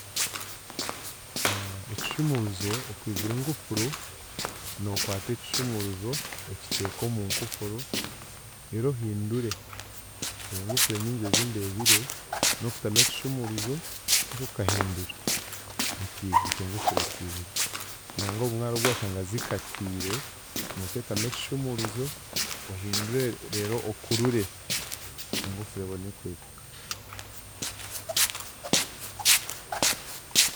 Ekishumuuruzo okwigura enkufuru, nookwata ekishumuuruzo, ekiteeka omu nkufuru reero ohindure. Enkufuru enyingi ezindeebire, n'okutamu ekishumuuruzo reero okahindura ekiiguka, enkufuru ekiiguka, nangwa obumwe hariho obworashanga zikatiire, nooteekamu ekishumuuruzo ohindure reero okurure, enkufuru ebone kwiguka.